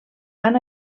van